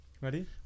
Ready